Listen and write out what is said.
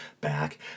back